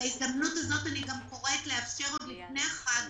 בהזדמנות זו אני גם קוראת לאפשר עוד לפני החג